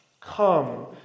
Come